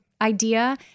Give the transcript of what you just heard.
idea